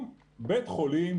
אם בית חולים,